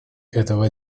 этого